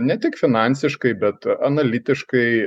ne tik finansiškai bet analitiškai